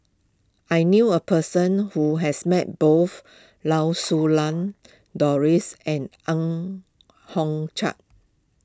I knew a person who has met both Lau Siew Lang Doris and Ang Hiong Chiok